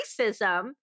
racism